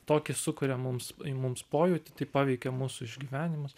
tokį sukuria mums į mums pojūtį taip paveikia mūsų išgyvenimus